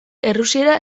errusiera